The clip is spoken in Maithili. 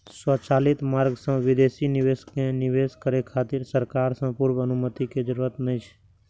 स्वचालित मार्ग सं विदेशी निवेशक कें निवेश करै खातिर सरकार सं पूर्व अनुमति के जरूरत नै छै